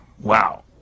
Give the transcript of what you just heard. Wow